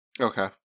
Okay